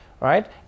right